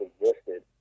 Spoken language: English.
existed